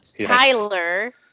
Tyler